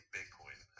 Bitcoin